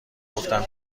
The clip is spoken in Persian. گفتم